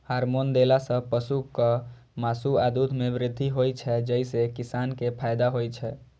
hormone देला सं पशुक मासु आ दूध मे वृद्धि होइ छै, जइसे किसान कें फायदा होइ छै